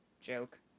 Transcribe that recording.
joke